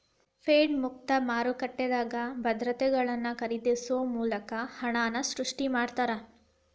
Fed ಮುಕ್ತ ಮಾರುಕಟ್ಟೆದಾಗ ಭದ್ರತೆಗಳನ್ನ ಖರೇದಿಸೊ ಮೂಲಕ ಹಣನ ಸೃಷ್ಟಿ ಮಾಡ್ತಾರಾ